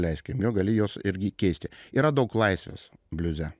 leiskim jo gali juos irgi keisti yra daug laisvės bliuze